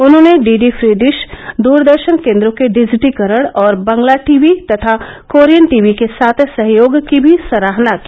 उन्होंने DD free dish द्रदर्शन केन्द्रों के डिजिटीकरण और बंगला टी वी तथा कोरियन टी वी के साथ सहयोग की भी सराहना की